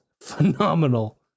phenomenal